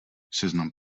seznam